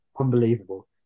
unbelievable